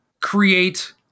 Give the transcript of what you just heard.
create